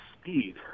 Speed